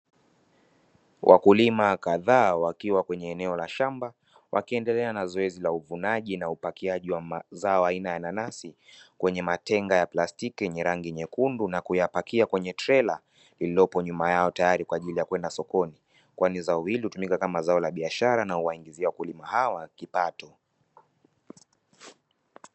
Wakulima kadhaa wakiwa kwenye eneo la shamba, wakiendelea na zoezi la uvunaji na upakiaji wa mazao aina ya nanasi, kwenye matenga ya plastiki yenye rangi nyekundu, na kuyapakia kwenye trela lililopo nyuma yao, tayari kwa ajili ya kwenda sokoni, kwani zao hili hutumika kama zao la biashara na huwaingizia wakulima hawa kipato.